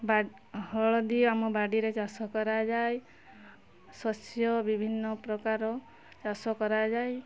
ବା ହଳଦୀ ଆମ ବାଡ଼ିରେ ଚାଷ କରାଯାଏ ଶସ୍ୟ ବିଭିନ୍ନ ପ୍ରକାର ଚାଷ କରାଯାଏ